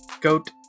goat